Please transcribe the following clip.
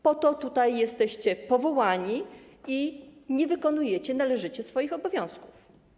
Po to tutaj jesteście powołani, a nie wykonujecie należycie swoich obowiązków.